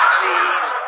please